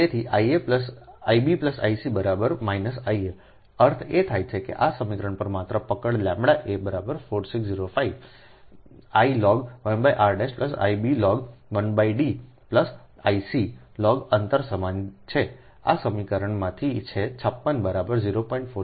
તેથી Ib Ic aઅર્થ એ થાય કે આ સમીકરણ પર માત્ર પકડʎa 4605I log 1 r Ib log 1 D Ic log અંતર સમાન છે આ સમીકરણમાંથી છે 56 બરાબર 0